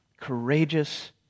Courageous